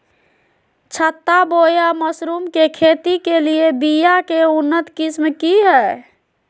छत्ता बोया मशरूम के खेती के लिए बिया के उन्नत किस्म की हैं?